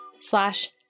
slash